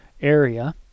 area